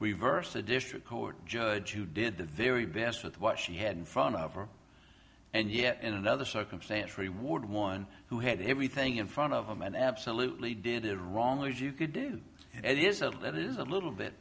the district court judge who did the very best with what she had in front of her and yet in another circumstance reward one who had everything in front of him and absolutely did it wrong as you could do it is a let is a little bit